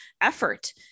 effort